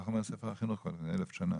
כך אומר ספר החינוך מזה 1,000 שנה.